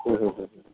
ହୁଁ ହୁଁ ହୁଁ